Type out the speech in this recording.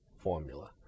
formula